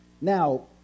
Now